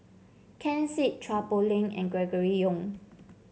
Ken Seet Chua Poh Leng and Gregory Yong